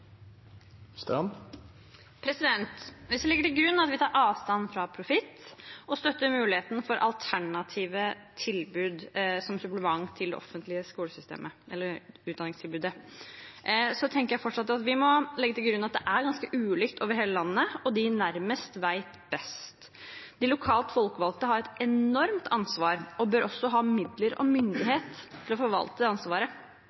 Hvis vi legger til grunn at vi tar avstand fra profitt og støtter muligheten for alternative tilbud som supplement til det offentlige skolesystemet/utdanningstilbudet, tenker jeg fortsatt at vi må legge til grunn at det er ganske ulikt over hele landet, og at de nærmest vet best. De lokalt folkevalgte har et enormt ansvar og bør også ha midler og myndighet til å forvalte det ansvaret.